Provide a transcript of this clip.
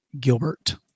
Gilbert